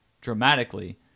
dramatically